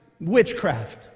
Witchcraft